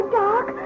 dark